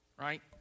Right